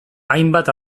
hainbat